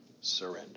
surrender